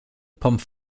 pommes